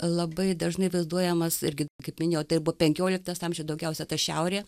labai dažnai vaizduojamas irgi kaip minėjau tai ir buvo penkioliktas amžius daugiausia ta šiaurė